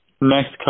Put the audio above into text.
next